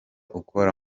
ukora